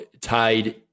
tied